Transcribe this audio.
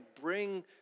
bring